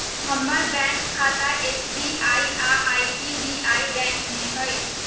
हमर बैंक खता एस.बी.आई आऽ आई.डी.बी.आई बैंक में हइ